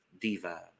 diva